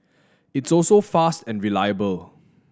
it's also fast and reliable